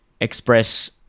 express